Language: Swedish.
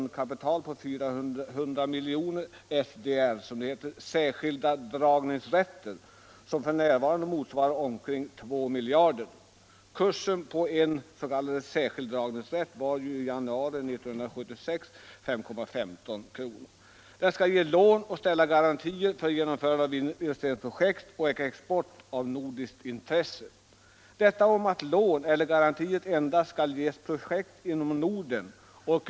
Det särskilda yttrandet handlar om att lån eller garantier endast skall ges till projekt inom Norden.